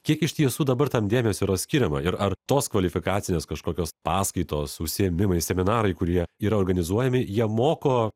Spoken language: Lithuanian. kiek iš tiesų dabar tam dėmesio skiriama ir ar tos kvalifikacijos kažkokios paskaitos užsiėmimai seminarai kurie yra organizuojami jie moko